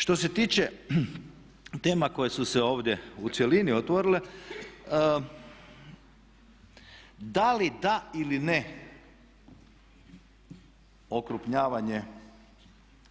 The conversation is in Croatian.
Što se tiče tema koje su se ovdje u cjelini otvorile da li da ili ne okrupnjavanje,